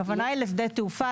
הכוונה היא לשדה תעופה.